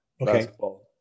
basketball